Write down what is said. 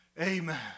Amen